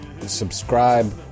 subscribe